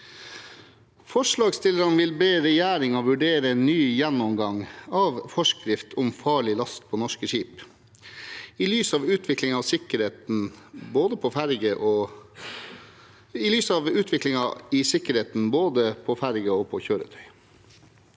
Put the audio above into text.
Forslagsstillerne vil be regjeringen vurdere en ny gjennomgang av forskrift om farlig last på norske skip i lys av utviklingen i sikkerheten på både ferger og kjøretøy.